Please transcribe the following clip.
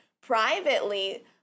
privately